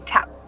tap